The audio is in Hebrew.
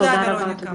תודה רבה.